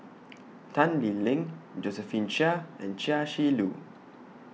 Tan Lee Leng Josephine Chia and Chia Shi Lu